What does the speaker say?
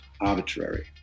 arbitrary